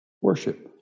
worship